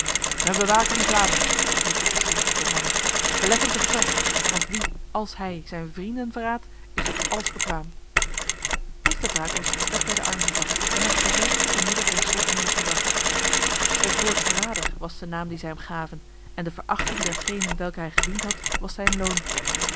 men bewake die vlaming riep de cressines tot zijn mannen belet hem te vertrekken want wie als hij zijn vrienden verraadt is tot alles bekwaam meester brakels werd bij de arm gevat en met geweld te midden der soldeniers gebracht het woord verrader was de naam die zij hem gaven en de verachting dergenen welke hij gediend had was zijn loon